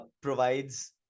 provides